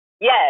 Yes